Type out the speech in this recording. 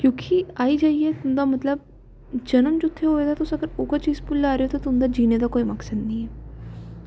क्योंकि आई जाइयै तुं'दा मतलब जनम जित्थै होऐ दा ते अगर तुस उ'ऐ चीज भुल्ला दे ओ ते तुं'दा कोई जीने दा मकसद ऐ निं ऐ